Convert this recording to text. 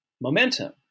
momentum